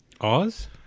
Oz